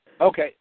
Okay